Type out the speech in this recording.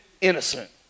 innocent